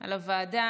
על הוועדה.